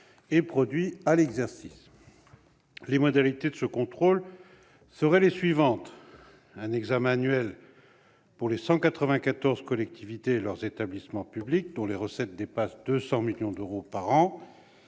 Les modalités de ce contrôle seraient les suivantes